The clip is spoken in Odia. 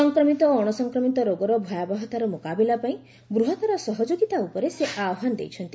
ସଂକ୍ରମିତ ଓ ଅଣସଂକ୍ରମିତ ରୋଗର ଭୟାବହତାର ମୁକାବିଲା ପାଇଁ ବୃହତ୍ତର ସହଯୋଗିତା ଉପରେ ସେ ଆହ୍ୱାନ ଦେଇଛନ୍ତି